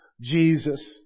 Jesus